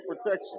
protection